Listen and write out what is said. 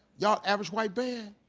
yall average white band,